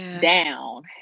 down